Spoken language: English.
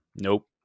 nope